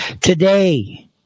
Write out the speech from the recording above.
today